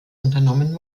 unternommen